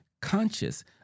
conscious